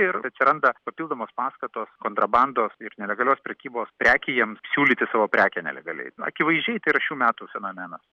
ir atsiranda papildomos paskatos kontrabandos ir nelegalios prekybos prekijams siūlyti savo prekę nelegaliai akivaizdžiai tai yra šių metų fenomenas